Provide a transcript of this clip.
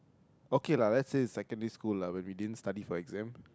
okay lah let's say secondary school lah when we didn't study for exam